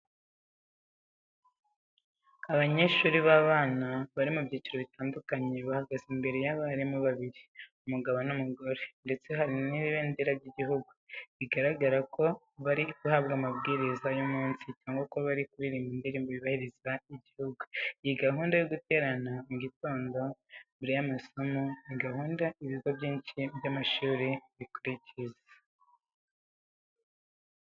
Abanyeshuri b'abana, bari mu byiciro bitandukanye bahagaze imbere y'abarimu babiri, umugabo n'umugore ndetse hari n'ibendera ry'igihugu, biragaragara ko bari guhabwa amabwiriza y'umunsi cyangwa ko bari kuririmba indirimo y'igihugu. Iyi gahunda yo guterana mu gitondo mbere y'amasomo, ni gahunda ibigo byinshi by'amashuri bikurikiza.